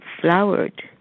flowered